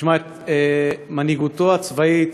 שמע, את מנהיגותו הצבאית